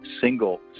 single